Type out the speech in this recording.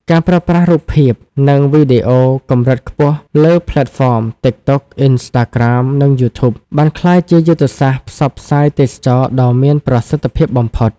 ការប្រើប្រាស់រូបភាព និងវីដេអូកម្រិតខ្ពស់លើផ្លេតហ្វម TikTok, Instagram និង YouTube បានក្លាយជាយុទ្ធសាស្ត្រផ្សព្វផ្សាយទេសចរណ៍ដ៏មានប្រសិទ្ធភាពបំផុត។